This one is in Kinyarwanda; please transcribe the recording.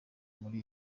muri